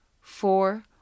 four